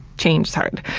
change is hard.